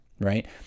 right